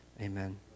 Amen